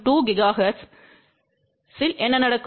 2 ஜிகாஹெர்ட்ஸில் என்ன நடக்கும்